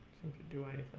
to do a